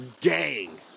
Gang